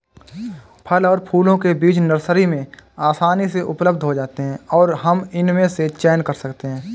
फल और फूलों के बीज नर्सरी में आसानी से उपलब्ध हो जाते हैं और हम इनमें से चयन कर सकते हैं